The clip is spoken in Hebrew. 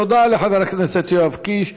תודה לחבר הכנסת יואב קיש.